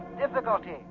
Difficulty